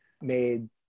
made